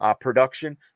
production